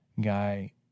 guy